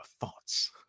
thoughts